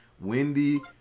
wendy